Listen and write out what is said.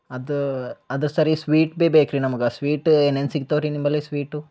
ಅದ ಅದು ಸರಿ ಸ್ವೀಟ್ ಬಿ ಬೇಕ್ರೀ ನಮ್ಗೆ ಸ್ವೀಟ್ ಏನೇನು ಸಿಗ್ತಾವ ರೀ ನಿಮ್ಮಲ್ಲಿ ಸ್ವೀಟು